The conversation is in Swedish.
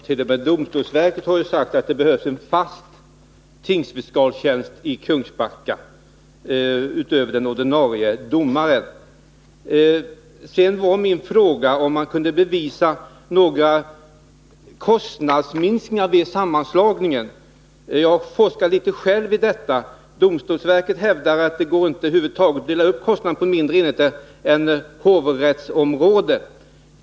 Herr talman! T. o. m. domstolsverket har ju sagt att det utöver den ordinarie domartjänsten behövs en fast tingsfiskalstjänst i Kungsbacka. Min fråga gällde om man kunde påvisa några kostnadsminskningar som gjorts vid sammanslagningen. Jag har själv forskat litet i detta. Domstolsverket hävdar att det inte går att över huvud taget dela upp kostnaderna på mindre enheter än hovrättsområde.